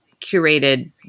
curated